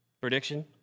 prediction